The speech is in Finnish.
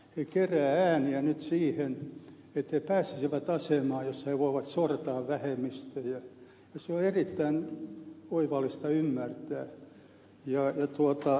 he keräävät nyt ääniä siihen että he pääsisivät asemaan jossa he voivat sortaa vähemmistöjä ja se on erittäin oivallista ymmärtää